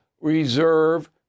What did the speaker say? reserve